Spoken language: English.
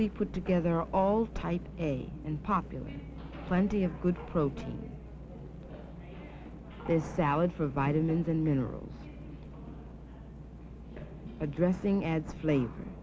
we put together all types in popular plenty of good protein is valid for vitamins and minerals addressing add flavor